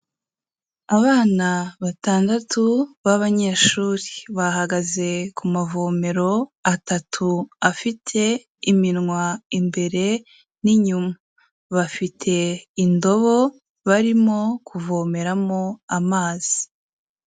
Abana batandatu b'abanyeshuri bahagaze ku mavomero atatu afite iminwa imbere n'inyuma. Bafite indobo barimo kuvomeramo amazi.